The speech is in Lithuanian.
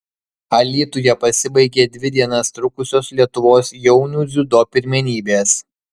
alytuje pasibaigė dvi dienas trukusios lietuvos jaunių dziudo pirmenybės